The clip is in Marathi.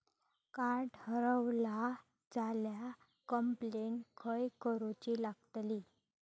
कार्ड हरवला झाल्या कंप्लेंट खय करूची लागतली?